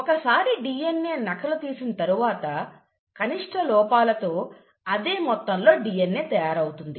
ఒకసారి DNA నకలు తీసిన తరువాత కనిష్ట లోపాలతో అదే మొత్తంలో DNA తయారవుతుంది